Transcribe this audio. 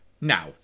Now